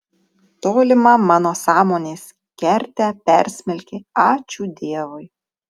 tolimą mano sąmonės kertę persmelkė ačiū dievui